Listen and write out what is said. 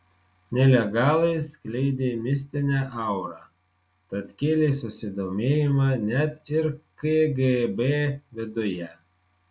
nelegalai skleidė mistinę aurą tad kėlė susidomėjimą net ir kgb viduje